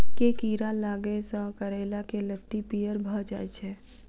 केँ कीड़ा लागै सऽ करैला केँ लत्ती पीयर भऽ जाय छै?